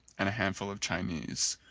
and a handful of chinese,